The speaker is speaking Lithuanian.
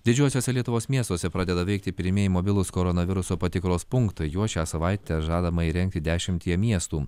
didžiuosiuose lietuvos miestuose pradeda veikti pirmieji mobilūs koronaviruso patikros punktai juos šią savaitę žadama įrengti dešimtyje miestų